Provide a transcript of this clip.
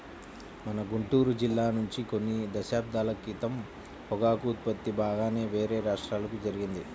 మన గుంటూరు జిల్లా నుంచి కొన్ని దశాబ్దాల క్రితం పొగాకు ఉత్పత్తి బాగానే వేరే రాష్ట్రాలకు జరిగింది